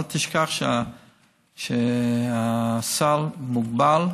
אל תשכח שהסל מוגבל,